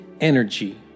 energy